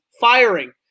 firing